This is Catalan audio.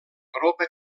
gropa